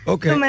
Okay